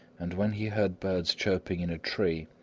and when he heard birds chirping in a tree,